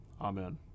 Amen